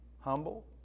Humble